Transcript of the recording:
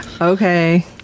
Okay